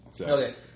Okay